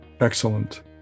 Excellent